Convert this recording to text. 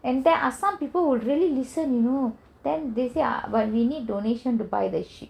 and there are some people who really listen you know then they say ah but we need donation to buy the ship